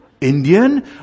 Indian